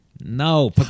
No